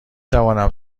توانم